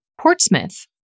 Portsmouth